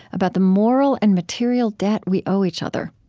about the moral and material debt we owe each other